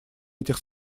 этих